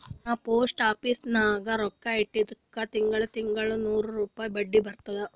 ನಾ post office ನಾಗ್ ರೊಕ್ಕಾ ಇಟ್ಟಿದುಕ್ ತಿಂಗಳಾ ತಿಂಗಳಾ ನೂರ್ ರುಪಾಯಿ ಬಡ್ಡಿ ಬರ್ತುದ್